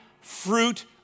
fruit